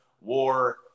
War